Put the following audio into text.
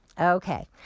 Okay